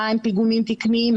מהם פיגומים תקניים,